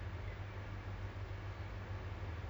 tanjong pagar still not bad [what]